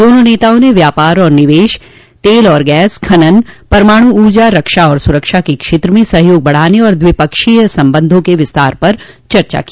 दोनों नेताओं ने व्यापार और निवेश तेल और गैस खनन परमाणु ऊर्जा रक्षा और सुरक्षा के क्षेत्र में सहयोग बढ़ाने और द्विपक्षीय संबधों के विस्तार पर चर्चा की